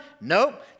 Nope